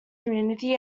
community